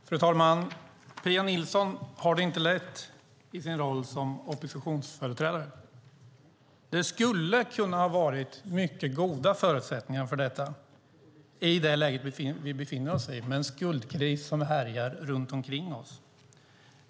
Fru talman! Pia Nilsson har det inte lätt i sin roll som oppositionsföreträdare. Det skulle ha kunnat vara mycket goda förutsättningar för detta i det läge vi befinner oss i, med en skuldkris som härjar runt omkring oss.